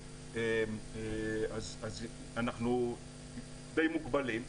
אנחנו די מוגבלים,